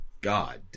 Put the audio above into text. God